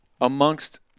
amongst